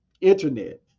internet